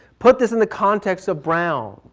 put this in the context of brown.